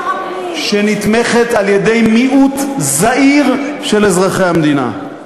שנתמכת על-ידי מיעוט זעיר של אזרחי המדינה.